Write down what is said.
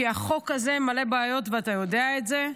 כי החוק הזה מלא בעיות ואתה יודע את זה.